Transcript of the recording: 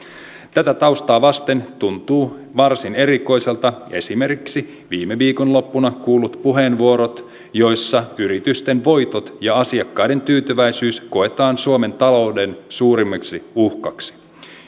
tätä taustaa vasten tuntuvat varsin erikoisilta esimerkiksi viime viikonloppuna kuullut puheenvuorot joissa yritysten voitot ja asiakkaiden tyytyväisyys koetaan suomen talouden suurimmiksi uhkiksi